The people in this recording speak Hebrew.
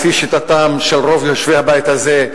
לפי שיטתם של רוב יושבי הבית הזה,